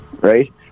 right